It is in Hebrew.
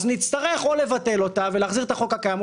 אז נצטרך או לבטל אותה ולהחזיר את החוק הקיים,